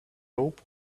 rope